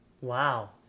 Wow